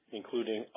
including